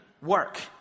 work